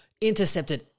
intercepted